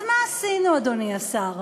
אז מה עשינו, אדוני השר?